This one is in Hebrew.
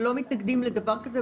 אבל לא מתנגדים לדבר כזה,